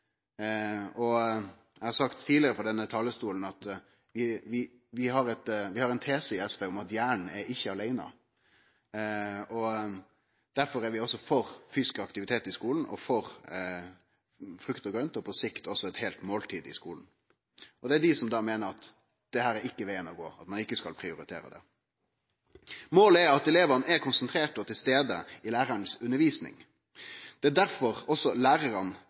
tanke. Eg har sagt tidlegare frå denne talarstolen at vi har ein tese i SV om at hjernen ikkje er aleine. Derfor er vi også for fysisk aktivitet i skulen, for frukt og grønt og på sikt også eit heilt måltid i skulen. Det er dei som meiner at dette ikkje er vegen å gå, at ein ikkje skal prioritere det. Målet er at elevane er konsentrerte og til stades når læraren underviser. Det er derfor også lærarane